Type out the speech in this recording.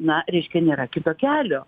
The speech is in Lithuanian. na ryškia nėra kito kelio